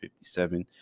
57